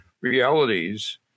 realities